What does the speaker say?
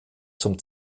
zum